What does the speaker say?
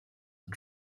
and